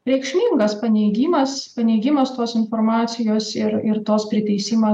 reikšmingas paneigimas paneigimas tos informacijos ir ir tos priteisimas